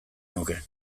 nuke